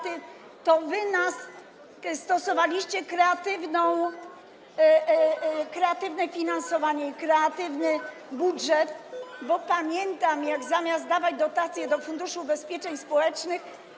To wy stosowaliście kreatywne finansowanie i kreatywny budżet, bo pamiętam, jak zamiast dawać dotację do Funduszu Ubezpieczeń Społecznych.